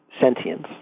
sentience